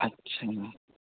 اچھا